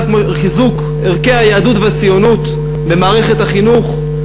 חיזוק ערכי היהדות והציונות במערכת החינוך,